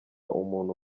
umuntu